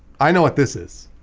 i know what this is